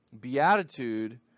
Beatitude